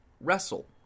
Wrestle